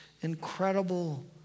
incredible